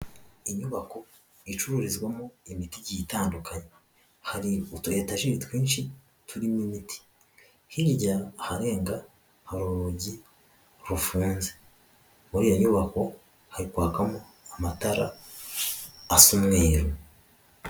Inyubako icururizwamo imitigi igiye itandukanye, hari utu etajeri twinshi turimo imiti, hirya aharenga hari urugi rufunze, muri iyo nyubako hari kwakamo amatara asa amweru.